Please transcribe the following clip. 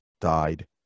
died